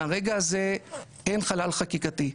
מהרגע הזה אין חלל חקיקתי.